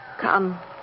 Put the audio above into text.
Come